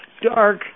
dark